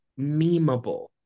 memeable